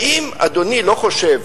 האם אדוני לא חושב